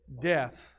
death